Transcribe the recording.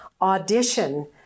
audition